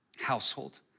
Household